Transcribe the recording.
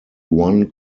one